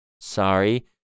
sorry